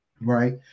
Right